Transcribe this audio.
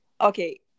okay